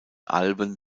alben